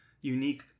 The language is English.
unique